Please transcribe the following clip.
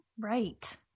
Right